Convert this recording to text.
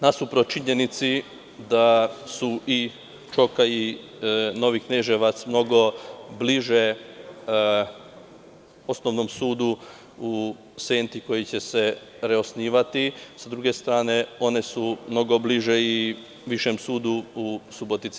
Nasuprot činjenici da su i Čoka i Novi Kneževac mnogo bliže Osnovnom sudu u Senti koji će se reosnivati, sa druge strane, one su mnogo bliže Višem sudu u Subotici.